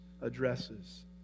addresses